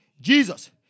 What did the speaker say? Jesus